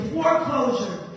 foreclosure